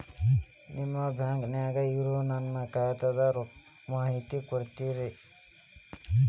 ನಿಮ್ಮ ಬ್ಯಾಂಕನ್ಯಾಗ ಇರೊ ನನ್ನ ಖಾತಾದ ಮಾಹಿತಿ ಕೊಡ್ತೇರಿ?